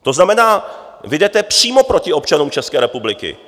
To znamená, vy jdete přímo proti občanům České republiky.